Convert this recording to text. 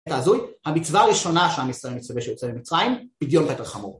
אתה הזוי?, המצווה הראשונה שעם ישראל מצטווה שיוצא ממצרים, זה פטר חמור